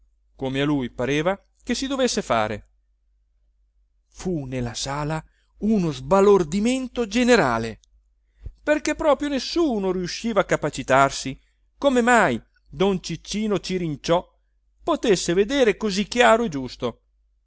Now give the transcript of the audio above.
come a lui pareva che si dovesse fare fu nella sala uno sbalordimento generale perché proprio nessuno riusciva a capacitarsi come mai don ciccino cirinciò potesse vedere così chiaro e giusto